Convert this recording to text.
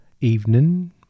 evening